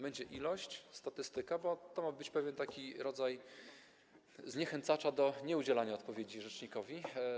Będzie liczba, statystyka, bo to ma być taki rodzaj zniechęcacza do nieudzielania odpowiedzi rzecznikowi.